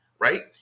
right